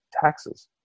taxes